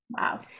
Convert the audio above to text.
Wow